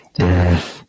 death